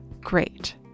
great